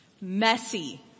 Messy